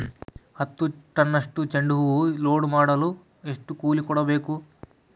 ಹತ್ತು ಟನ್ನಷ್ಟು ಚೆಂಡುಹೂ ಲೋಡ್ ಮಾಡಲು ಎಷ್ಟು ಕೂಲಿ ಕೊಡಬೇಕು?